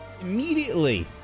Immediately